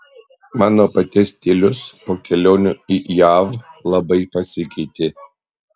mano paties stilius po kelionių į jav labai pasikeitė